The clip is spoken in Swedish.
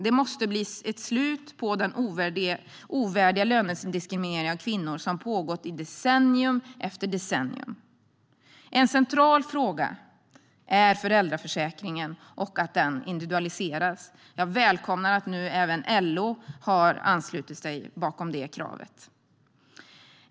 Det måste bli ett slut på den ovärdiga lönediskriminering av kvinnor som pågått i decennium efter decennium. En central fråga är föräldraförsäkringen och att den individualiseras. Jag välkomnar att även LO nu har anslutit sig till det kravet.